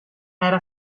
era